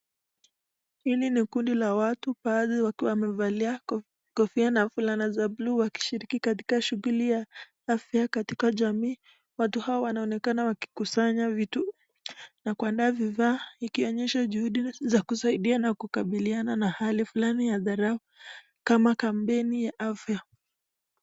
Hili ni kundi la watu, baadhi wakiwa wamevalia kofia na fulana za bluu wakishiriki katika shughuli ya afya katika jamii. Watu hawa wanaonekana wakikusanya vitu na kuandaa vifaa, ikionyesha juhudi za kusaidia na kukabiliana na hali fulani ya dharura kama kampeni ya afya.